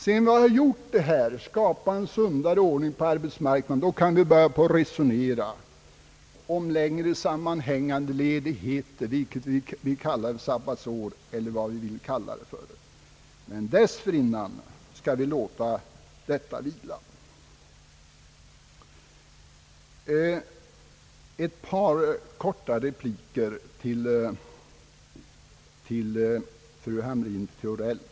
Sedan vi har skapat en sundare ordning på arbetsmarknaden kan vi börja att resonera om längre sammanhängande ledighet, om vi nu vill kalla det för sabbatsår eller något annat. Innan vi nått dithän skall vi låta detta vila. Jag vill framföra ett par korta repliker till fru Hamrin-Thorell.